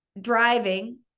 driving